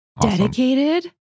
Dedicated